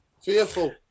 Fearful